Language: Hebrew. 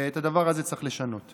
ואת הדבר הזה צריך לשנות.